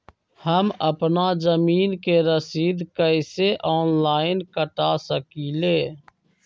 हम अपना जमीन के रसीद कईसे ऑनलाइन कटा सकिले?